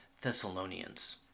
Thessalonians